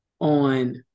on